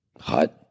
Hot